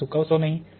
પર સૂકવશો નહીં